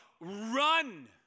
run